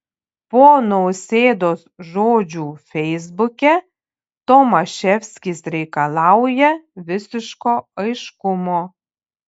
po nausėdos žodžių feisbuke tomaševskis reikalauja visiško aiškumo